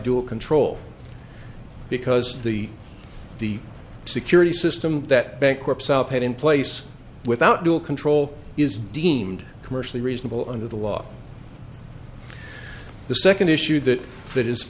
dual control because the the security system that bankruptcy had in place without dual control is deemed commercially reasonable under the law the second issue that that is